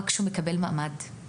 רק כשהוא מקבל מעמד.